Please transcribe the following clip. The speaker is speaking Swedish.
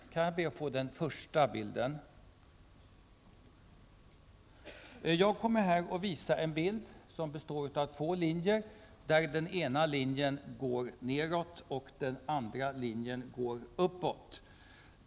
Den första bild som jag hade tänkt visa består av två linjer. Den ena linjen går nedåt och den andra uppåt.